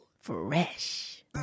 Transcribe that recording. Fresh